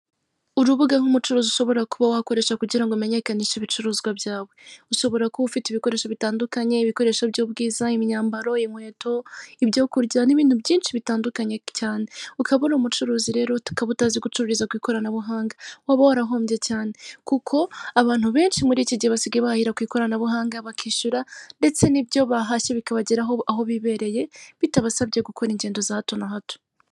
Urubuga rw'umucuruzi ushobora kuba wakoresha kugira ngo umenyekanishe ibicuruzwa byawe. Ushobora kuba ufite ibikoresho bitandukanye ibikoresho by'ubwiza, imyambaro, inkweto, ibyo kurya n'ibintu byinshi bitandukanye cyane. Ukaba uri umucuruzi rero, ukaba utazi gucururiza ku ikoranabuhanga, waba warahombye cyane, kuko abantu benshi muri iki gihe basigaye bahahira ku ikoranabuhanga, bakishyura ndetse n'ibyo bahashye bikabageraho aho bibereye, bitabasabye gukora ingendo za hato na hato.